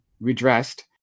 redressed